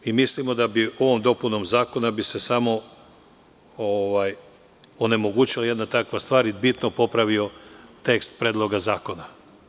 Mislimo da bi se ovom dopunom zakona samo onemogućila jedna takva stvar i bitno popravio tekst Predloga zakona.